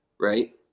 right